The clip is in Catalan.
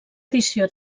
edició